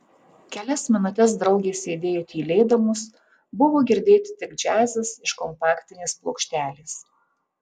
kelias minutes draugės sėdėjo tylėdamos buvo girdėti tik džiazas iš kompaktinės plokštelės